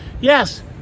Yes